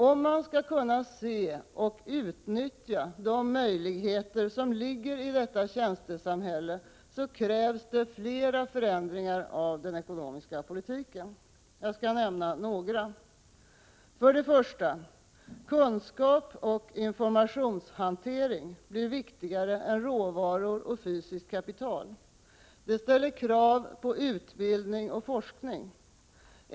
Om man skall kunna se och utnyttja de möjligheter som ligger i detta tjänstesamhälle, krävs flera förändringar av den ekonomiska politiken. Jag skall nämna några. För det första: Kunskap och informationshantering blir viktigare än råvaror och fysiskt kapital. Det ställer krav på utbildning och forskning.